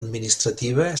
administrativa